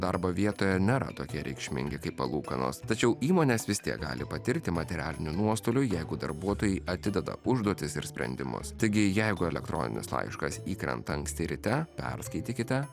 darbo vietoje nėra tokie reikšmingi kaip palūkanos tačiau įmonės vis tiek gali patirti materialinių nuostolių jeigu darbuotojai atideda užduotis ir sprendimus taigi jeigu elektroninis laiškas įkrenta anksti ryte perskaitykite